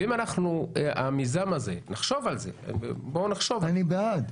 ואם נחשוב על המיזם הזה -- לא, אני בעד.